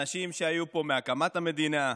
אנשים שהיו פה מהקמת המדינה,